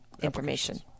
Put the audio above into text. information